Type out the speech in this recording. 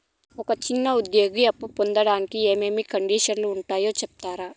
ఒక చిన్న ఉద్యోగి అప్పు పొందేకి ఏమేమి కండిషన్లు ఉంటాయో సెప్తారా?